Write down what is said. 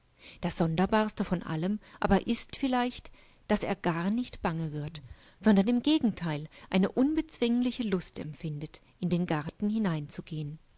das sonderbarste von allem aber ist vielleicht daß er gar nicht bange wird sondern im gegenteil eine unbezwingliche lust empfindet in den garten hineinzugehen